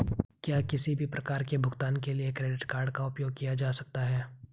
क्या किसी भी प्रकार के भुगतान के लिए क्रेडिट कार्ड का उपयोग किया जा सकता है?